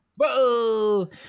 Whoa